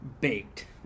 baked